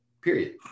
Period